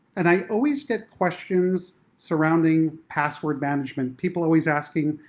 and i always get questions surrounding password management. people always asking,